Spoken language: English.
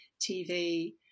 tv